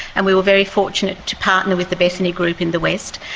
and we were very fortunate to partner with the bethanie group in the west.